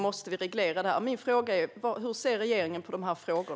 Min fråga är: Hur ser regeringen på dessa frågor?